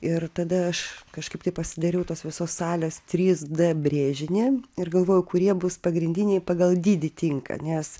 ir tada aš kažkaip tai pasidariau tos visos salės trys d brėžinį ir galvojau kurie bus pagrindiniai pagal dydį tinka nes